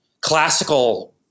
classical